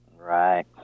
Right